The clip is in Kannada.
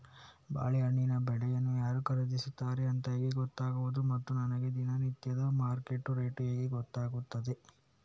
ಬಾಳೆಹಣ್ಣಿನ ಬೆಳೆಯನ್ನು ಯಾರು ಖರೀದಿಸುತ್ತಾರೆ ಅಂತ ಹೇಗೆ ಗೊತ್ತಾಗುವುದು ಮತ್ತು ನನಗೆ ದಿನನಿತ್ಯದ ಮಾರ್ಕೆಟ್ ರೇಟ್ ಹೇಗೆ ಗೊತ್ತಾಗುತ್ತದೆ?